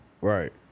Right